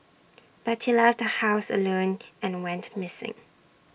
but he left the house alone and went missing